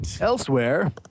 Elsewhere